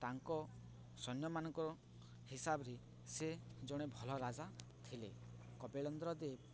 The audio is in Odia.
ତାଙ୍କ ସୈନ୍ୟମାନଙ୍କ ହିସାବରେ ସେ ଜଣେ ଭଲ ରାଜା ଥିଲେ କପିଳେନ୍ଦ୍ର ଦେବ